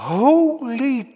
holy